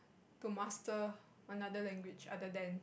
to master another language other than